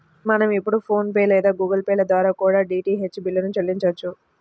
మనం ఇప్పుడు ఫోన్ పే లేదా గుగుల్ పే ల ద్వారా కూడా డీటీహెచ్ బిల్లుల్ని చెల్లించొచ్చు